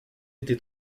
été